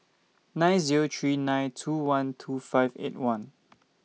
nine Zero three nine two one two five eight one